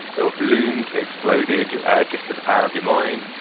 there were balloons that exploded just with the power of your mind.